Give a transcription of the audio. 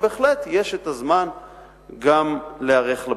אבל בהחלט יש זמן גם להיערך לבחינה.